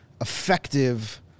effective